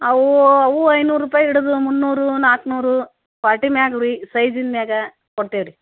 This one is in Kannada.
ಅವು ಅವು ಐನೂರು ರೂಪಾಯಿ ಹಿಡಿದು ಮುನ್ನೂರು ನಾಲ್ಕುನೂರು ಕ್ವಾಲ್ಟಿ ಮ್ಯಾಗೆ ರೀ ಸೈಜಿನ ಮ್ಯಾಗೆ ಕೊಡ್ತಿವಿ ರೀ